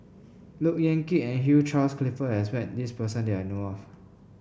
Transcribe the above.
Look Yan Kit and Hugh Charles Clifford has met this person that I know of